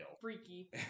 Freaky